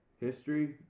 History